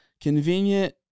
Convenient